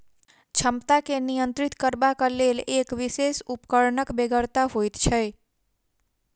क्षमता के नियंत्रित करबाक लेल एक विशेष उपकरणक बेगरता होइत छै